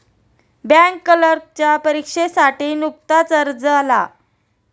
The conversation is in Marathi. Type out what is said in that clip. बँक क्लर्कच्या परीक्षेसाठी नुकताच अर्ज आला